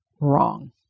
wrong